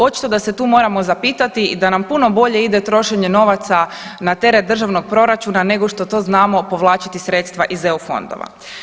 Očito da se tu moramo zapitati da nam puno bolje ide trošenje novaca na teret državnog proračuna nego što to znamo povlačiti sredstva iz EU fondova.